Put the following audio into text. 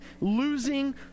losing